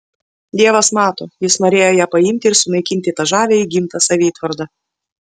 dievas mato jis norėjo ją paimti ir sunaikinti tą žavią įgimtą savitvardą